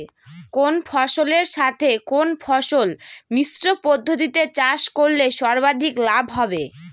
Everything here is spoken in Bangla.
কোন ফসলের সাথে কোন ফসল মিশ্র পদ্ধতিতে চাষ করলে সর্বাধিক লাভ হবে?